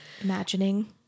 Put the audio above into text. imagining